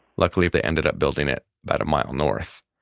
luckily they ended up building it about a mile north.